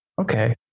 Okay